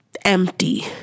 empty